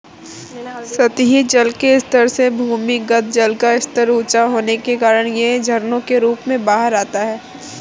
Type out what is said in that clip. सतही जल के स्तर से भूमिगत जल का स्तर ऊँचा होने के कारण यह झरनों के रूप में बाहर आता है